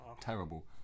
Terrible